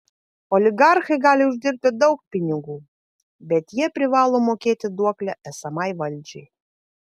oligarchai gali uždirbti daug pinigų bet jie privalo mokėti duoklę esamai valdžiai